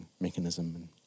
mechanism